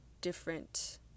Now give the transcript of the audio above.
different